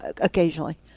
occasionally